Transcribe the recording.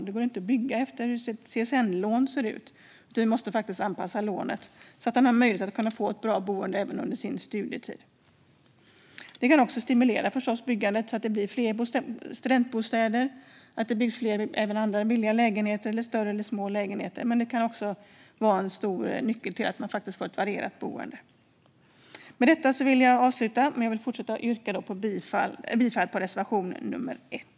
Det går inte att bygga efter hur ett CSN-lån ser ut, utan vi måste faktiskt anpassa lånet så att man har möjlighet att få ett bra boende även under sin studietid. Detta kan också stimulera byggandet så att det blir fler studentbostäder och så att det även byggs fler billigare - små eller större - lägenheter. Det kan vara en nyckel till att få ett varierat boende. Jag yrkar som sagt bifall till reservation 1.